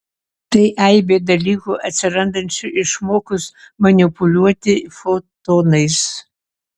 tai aibė dalykų atsirandančių išmokus manipuliuoti fotonais